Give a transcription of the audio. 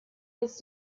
was